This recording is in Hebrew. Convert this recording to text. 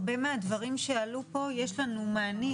הרבה מהדברים שעלו פה יש לנו מענים,